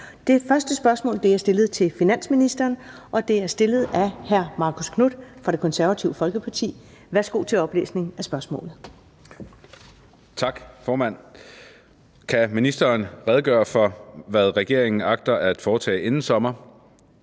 Det første spørgsmål er stillet til finansministeren, og det er stillet af hr. Marcus Knuth fra Det Konservative Folkeparti. Kl. 13:01 Spm. nr. S 1382 1) Til finansministeren af: Marcus Knuth (KF): Kan ministeren redegøre for, hvad regeringen agter at foretage inden sommeren